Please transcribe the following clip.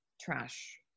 trash